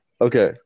Okay